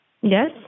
Yes